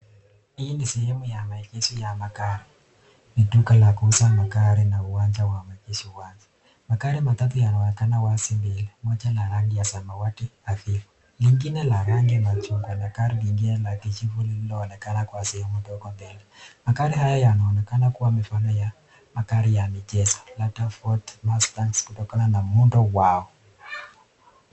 Hii ni sehemu ya maegesho ya magari. Ni duka la kuuza magari na uwanja wa maegesho wazi. Magari matatu yanaonekana wazi mbele. Moja la rangi ya samawati hafifu, lingine la rangi ya machungwa na gari lingine la kijivu linaonekana kwa sehemu ndogo mbele. Magari haya yanaonekana kuwa mifano ya magari ya michezo, labda Ford Mustangs kutokana na muundo wao.